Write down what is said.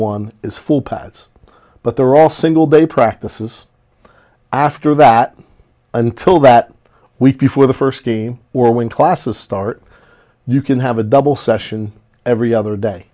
one is full pads but they're all single day practices after that until that week before the first game or when classes start you can have a double session every other day